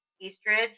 Eastridge